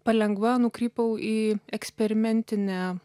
palengva nukrypau į eksperimentinę